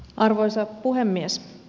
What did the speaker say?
arvoisa puhemies